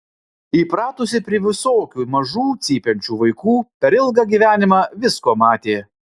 įpratusi prie visokių mažų cypiančių vaikų per ilgą gyvenimą visko matė